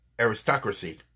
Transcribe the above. aristocracy